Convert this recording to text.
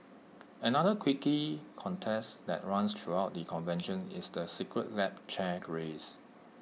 another quirky contest that runs throughout the convention is the secret lab chair race